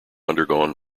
undergone